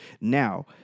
Now